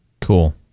Cool